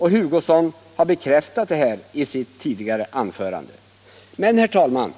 Herr Hugosson har bekräftat det här i sitt anförande. Men, herr talman,